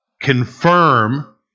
confirm